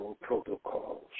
protocols